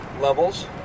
levels